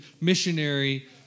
missionary